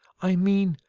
i mean,